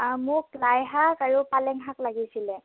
মোক লাই শাক আৰু পালেং শাক লাগিছিল